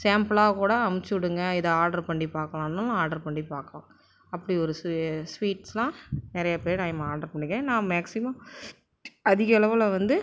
சேம்புளாகக்கூட அமுச்சு விடுங்க இதை ஆர்ட்ரு பண்ணி பார்க்கலான்னும் ஆர்ட்ரு பண்ணி பார்க்க அப்படி ஒரு ஸ்வீ ஸ்வீட்ஸெலாம் நிறைய பேர் இதுமாதிரி ஆட்ரு பண்ணியிருக்கேன் நான் மேக்சிமம் அதிகளவில் வந்து